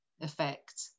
effect